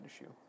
issue